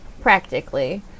practically